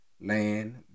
land